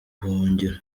buhungiro